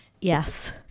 Yes